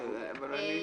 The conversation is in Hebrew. אורי מקלב (יו"ר ועדת המדע והטכנולוגיה):